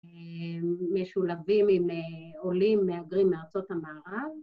משולבים עם עולים מהגרים מארצות המערב